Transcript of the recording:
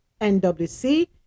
NWC